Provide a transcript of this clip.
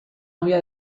novia